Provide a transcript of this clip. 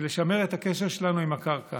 כדי לשמר את הקשר שלנו עם הקרקע.